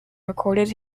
recorded